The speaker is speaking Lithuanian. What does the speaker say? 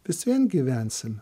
vis vien gyvensim